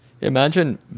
Imagine